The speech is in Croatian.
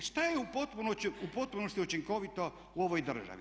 Šta je u potpunosti učinkovito u ovoj državi?